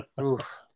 Oof